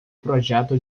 projeto